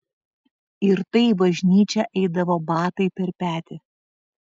ir tai į bažnyčią eidavo batai per petį